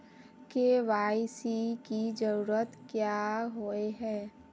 KYC की जरूरत क्याँ होय है?